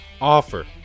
offer